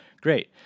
Great